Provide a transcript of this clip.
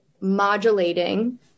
modulating